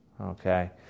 Okay